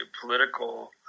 political